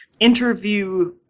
interview